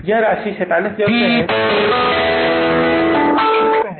यह राशि 47000 है तो इसका मतलब है कि यह 47000 रुपये है